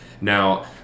Now